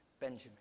Benjamin